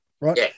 right